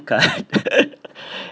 card